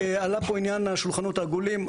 עלה פה עניין השולחנות העגולים,